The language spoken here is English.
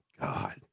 God